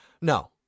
No